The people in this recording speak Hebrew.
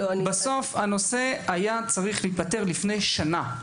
הנושא הזה היה צריך להיפתר לפני שנה.